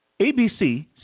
ABC